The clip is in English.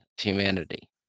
humanity